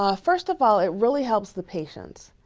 ah first of all, it really helps the patients,